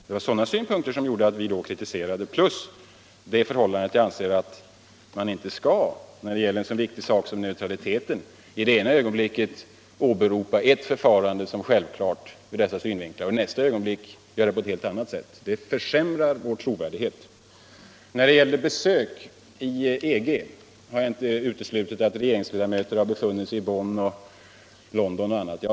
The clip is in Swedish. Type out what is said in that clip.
Det var sådana synpunkter som gjorde att jag kritiserade restriktionerna när de infördes plus det förhållandet att jag anser att man när det gäller en så viktig sak som neutraliteten inte skall i ena ögonblicket åberopa ett förfarande som självklart i sammanhanget och i nästa ögonblick göra på ett helt annat sätt. Det försämrar vår trovärdighet. När det gäller besök i EG har jag inte uteslutit att regeringsledamöter har befunnit sig i Bonn, i London och på andra platser.